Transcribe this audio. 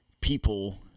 people